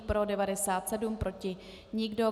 Pro 97, proti nikdo.